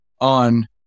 on